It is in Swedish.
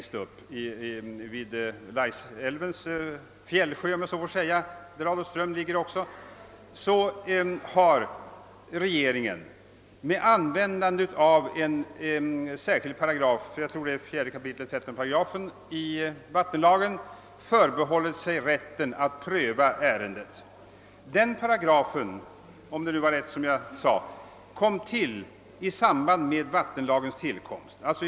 ström ligger — har regeringen med användande av 4 kap. 13 § vattenlagen förbehållit sig rätten att pröva ärendet. Den paragrafen kom till i samband med vattenlagens tillkomst.